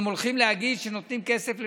שהם הולכים להגיד שהם נותנים כסף למשפחות,